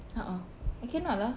uh uh I cannot lah